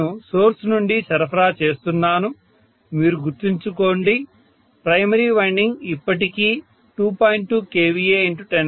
నేను సోర్స్ నుండి సరఫరా చేస్తున్నాను మీరు గుర్తుంచుకోండి ప్రైమరీ వైండింగ్ ఇప్పటికీ 2